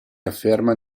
afferma